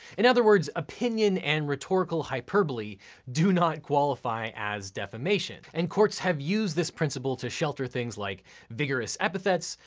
in other words, opinion and rhetorical hyperbole do not qualify as defamation. and courts have used this principle to shelter things like vigorous epithets,